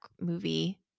movie